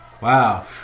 Wow